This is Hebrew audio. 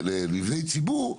למבני ציבור,